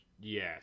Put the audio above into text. Yes